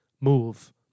move